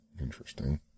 Interesting